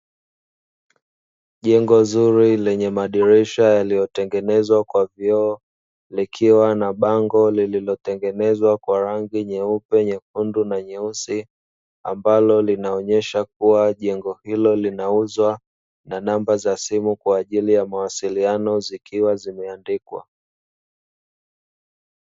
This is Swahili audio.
Jengo zuri lenye madirisha yaliyotengenezwa kwa vioo, likiwa na bango lililotengenezwa kwa rangi nyeupe, nyekundu, na nyeusi; ambalo linaonyesha kuwa jengo hilo linauzwa na namba za simu kwa ajili ya mawasiliano zikiwa zimeandikwa.